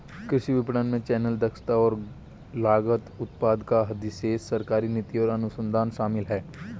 कृषि विपणन में चैनल, दक्षता और लागत, उत्पादक का अधिशेष, सरकारी नीति और अनुसंधान शामिल हैं